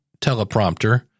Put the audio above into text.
teleprompter